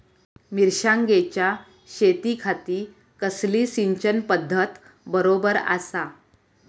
मिर्षागेंच्या शेतीखाती कसली सिंचन पध्दत बरोबर आसा?